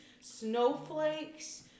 Snowflakes